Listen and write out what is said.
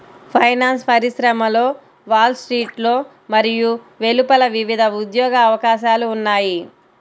finance పరిశ్రమలో Wall స్ట్రీట్లో మరియు వెలుపల వివిధ ఉద్యోగ అవకాశాలు ఉన్నాయి